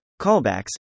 callbacks